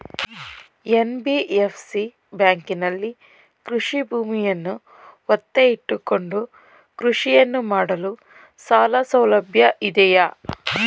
NBFC ಬ್ಯಾಂಕಿನಲ್ಲಿ ಕೃಷಿ ಭೂಮಿಯನ್ನು ಒತ್ತೆ ಇಟ್ಟುಕೊಂಡು ಕೃಷಿಯನ್ನು ಮಾಡಲು ಸಾಲಸೌಲಭ್ಯ ಇದೆಯಾ?